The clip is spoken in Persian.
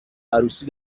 عروسی